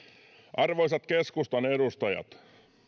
arvoisat keskustan edustajat